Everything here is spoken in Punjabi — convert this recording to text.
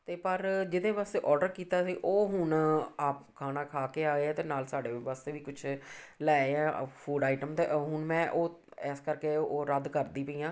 ਅਤੇ ਪਰ ਜਿਹਦੇ ਵਾਸਤੇ ਔਡਰ ਕੀਤਾ ਸੀ ਉਹ ਹੁਣ ਆਪ ਖਾਣਾ ਖਾ ਕੇ ਆਏ ਹੈ ਅਤੇ ਨਾਲ ਸਾਡੇ ਵਾਸਤੇ ਵੀ ਕੁਛ ਲੈ ਆਏ ਆ ਫੂਡ ਆਈਟਮ ਅਤੇ ਹੁਣ ਮੈਂ ਉਹ ਇਸ ਕਰਕੇ ਉਹ ਰੱਦ ਕਰਦੀ ਪਈ ਹਾਂ